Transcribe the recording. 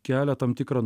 kelia tam tikrą